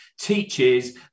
teaches